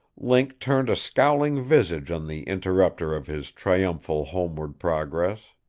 link turned a scowling visage on the interrupter of his triumphal homeward progress.